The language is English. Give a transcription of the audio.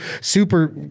super